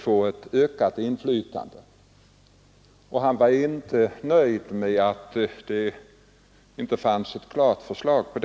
Förslaget innebär också att de statliga bostadslånen till ombyggnad kommer att göras förmånligare.